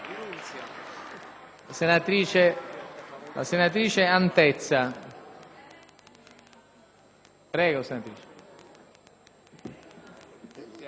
la senatrice Antezza.